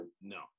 no